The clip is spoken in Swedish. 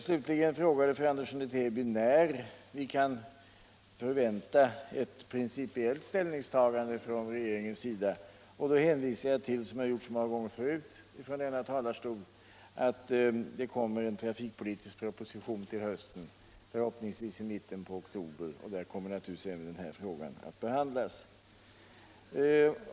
Slutligen frågade fru Andersson i Täby när vi kan förvänta ett principiellt ställningstagande från regeringen, och då hänvisar jag, som jag gjort så många gånger förut från denna talarstol, till att det kommer en trafikpolitisk proposition till hösten, förhoppningsvis i oktober, och där kommer naturligtvis även denna fråga att behandlas.